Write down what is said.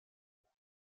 plats